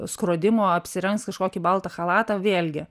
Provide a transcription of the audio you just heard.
skrodimo apsirengs kažkokį baltą chalatą vėlgi